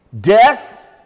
Death